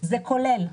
זה כולל.